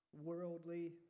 worldly